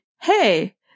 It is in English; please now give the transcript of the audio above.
hey